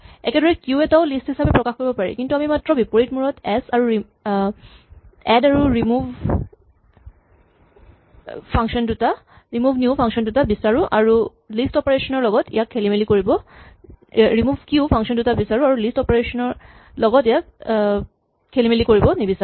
একেদৰেই কিউ এটাও লিষ্ট হিচাপে প্ৰকাশ কৰিব পাৰি কিন্তু আমি মাত্ৰ বিপৰীত মূৰত এড আৰু ৰিমোভ কিউ ফাংচন দুটা বিচাৰো আৰু লিষ্ট অপাৰেচন ৰ লগত ইয়াক খেলিমেলি কৰিব নিবিচাৰো